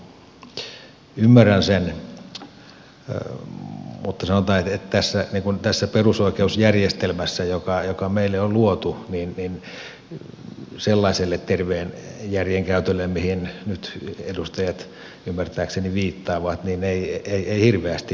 minä ymmärrän sen mutta sanotaan että tässä perusoikeusjärjestelmässä joka meille on luotu sellaiselle terveen järjen käytölle mihin nyt edustajat ymmärtääkseni viittaavat ei hirveästi jää tilaa